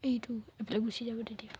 এইটো এইফালে গুচি যাব তেতিয়া